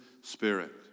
spirit